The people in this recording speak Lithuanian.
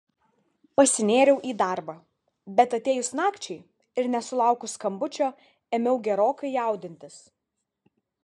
pasinėriau į darbą bet atėjus nakčiai ir nesulaukus skambučio ėmiau gerokai jaudintis